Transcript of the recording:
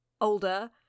older